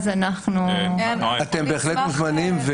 אתם בהחלט מוזמנים.